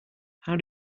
how